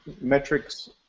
metrics